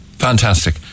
fantastic